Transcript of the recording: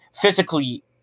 physically